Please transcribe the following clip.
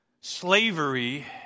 Slavery